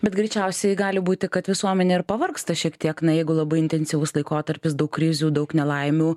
bet greičiausiai gali būti kad visuomenė ir pavargsta šiek tiek na jeigu labai intensyvus laikotarpis daug krizių daug nelaimių